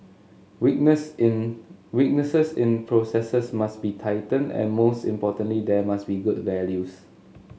weakness in weaknesses in processes must be tightened and most importantly there must be good values